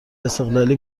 استقلالی